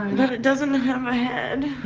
it it doesn't have a head.